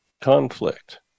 conflict